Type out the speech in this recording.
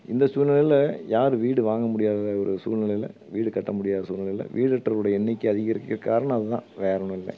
இந்த சூழ்நிலையில் யாரும் வீடு வாங்க முடியாத ஒரு சூழ்நிலையில் வீடு கட்ட முடியாத சூழ்நிலையில் வீடற்றவருடைய எண்ணிக்கை அதிகரிக்கிற காரணம் அது தான் வேறே ஒன்றும் இல்லை